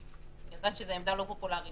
אני יודעת שזאת עמדה לא פופולרית,